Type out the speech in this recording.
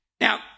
Now